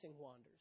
wanders